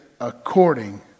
according